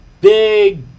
Big